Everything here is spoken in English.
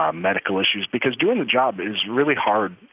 um medical issues because doing the job is really hard.